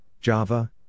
Java